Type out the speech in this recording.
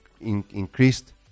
increased